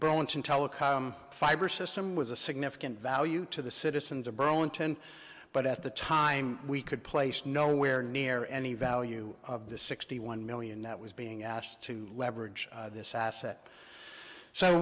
burlington telecom fiber system was a significant value to the citizens of burlington but at the time we could place nowhere near any value of the sixty one million that was being asked to leverage this asset so